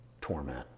Torment